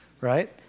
right